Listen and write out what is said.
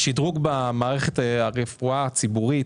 בין אם זה שדרוג במערכת הרפואה הציבורית